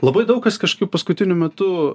labai daug kas kažkaip paskutiniu metu